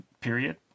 period